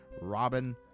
Robin